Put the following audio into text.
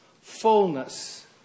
fullness